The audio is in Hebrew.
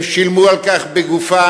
הם שילמו על כך בגופם,